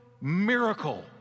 miracle